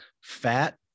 fat